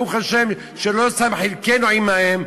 ברוך השם שלא שם חלקנו עמהם,